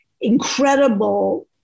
incredible